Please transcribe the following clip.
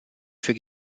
für